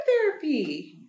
therapy